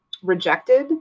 rejected